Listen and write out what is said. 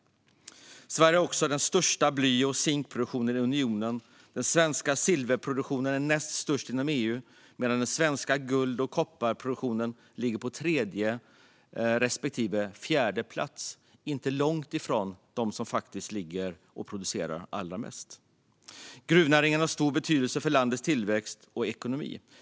Sverige har också den största bly och zinkproduktionen i unionen. Den svenska silverproduktionen är den näst största inom EU, medan den svenska guld och kopparproduktionen ligger på tredje respektive fjärde plats, inte långt efter de länder som producerar allra mest. Gruvnäringen har stor betydelse för landets tillväxt och ekonomi.